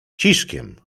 ciszkiem